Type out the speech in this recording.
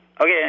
Okay